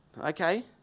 Okay